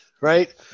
Right